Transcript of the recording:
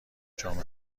جام